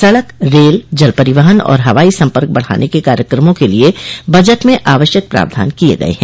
सड़क रेल जल परिवहन और हवाई संपर्क बढ़ाने के कार्यक्रमों के लिए बजट में आवश्यक प्रावधान किए गए हैं